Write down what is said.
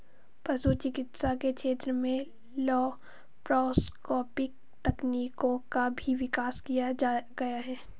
पशु चिकित्सा के क्षेत्र में लैप्रोस्कोपिक तकनीकों का भी विकास किया गया है